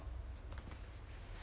I don't know leh hope so